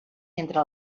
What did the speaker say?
entre